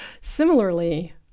similarly